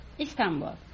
Istanbul